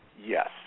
Yes